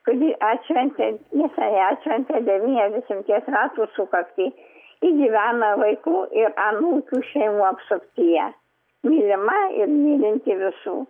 kuri atšventė neseniai atšventė devyniasdešimties metų sukaktį ji gyvena vaikų ir anūkių šeimų apsuptyje mylima ir mylinti visų